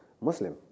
Muslim